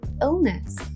illness